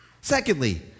Secondly